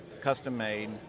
custom-made